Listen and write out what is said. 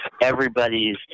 everybody's